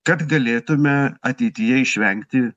kad galėtume ateityje išvengti